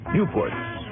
Newport's